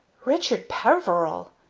richard peveril!